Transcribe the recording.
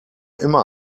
immer